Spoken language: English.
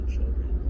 children